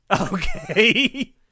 Okay